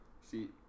See